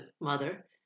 mother